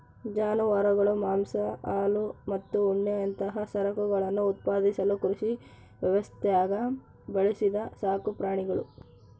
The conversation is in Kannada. ಜಾನುವಾರುಗಳು ಮಾಂಸ ಹಾಲು ಮತ್ತು ಉಣ್ಣೆಯಂತಹ ಸರಕುಗಳನ್ನು ಉತ್ಪಾದಿಸಲು ಕೃಷಿ ವ್ಯವಸ್ಥ್ಯಾಗ ಬೆಳೆಸಿದ ಸಾಕುಪ್ರಾಣಿಗುಳು